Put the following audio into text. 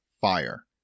fire